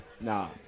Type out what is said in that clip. nah